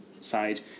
side